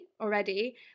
already